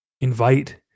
Invite